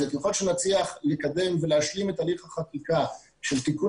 ככל שנצליח לקדם ולהשלים את הליך החקיקה של תיקון